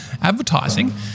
advertising